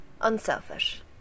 unselfish